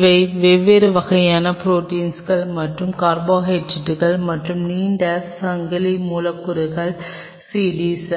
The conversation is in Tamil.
இவை வெவ்வேறு வகையான ப்ரோடீன்ஸ் மற்றும் கார்போஹைட்ரேட்டுகள் மற்றும் நீண்ட சங்கிலி மூலக்கூறுகளின் CDs